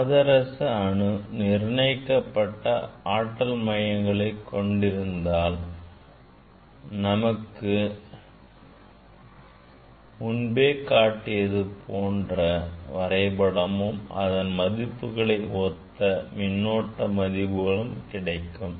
பாதரச அணு நிர்ணயிக்கப்பட்ட ஆற்றல் மட்டங்களை கொண்டிருந்தால் நமக்கு நான் முன்பே காட்டியது போன்ற வரைபடமும் அதன் மதிப்புகளை ஒத்த மின்னோட்ட மதிப்புகளும் கிடைக்கும்